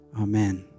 Amen